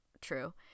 true